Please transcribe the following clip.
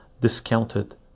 discounted